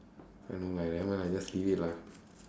I mean like never mind lah just leave it lah